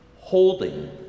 holding